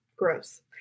Gross